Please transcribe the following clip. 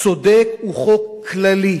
צודק הוא חוק כללי,